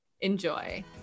Enjoy